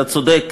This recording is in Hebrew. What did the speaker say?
אתה צודק,